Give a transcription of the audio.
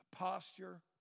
posture